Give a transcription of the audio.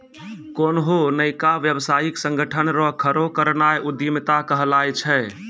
कोन्हो नयका व्यवसायिक संगठन रो खड़ो करनाय उद्यमिता कहलाय छै